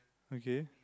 okay